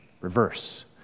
reverse